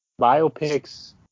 biopics